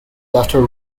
after